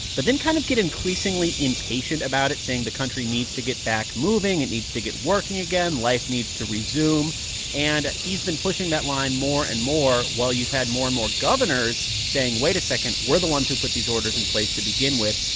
but then kind of get increasingly impatient about it, saying the country needs to get back moving. it needs to get working again. life needs to resume and he's been pushing that line more and more while you've had more and more governors saying, wait a second. we're the ones who put these orders in place to begin with.